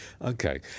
Okay